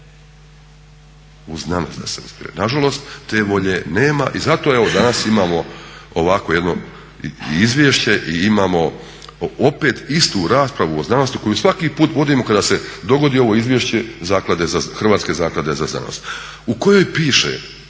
u znanost da se usmjeri. Na žalost, te volje nema i zato evo danas imamo ovakvo jedno izvješće i imamo opet istu raspravu o znanosti koju svaki put vodimo kada se dogodi ovo izvješće Hrvatske zaklade za znanost u kojoj piše,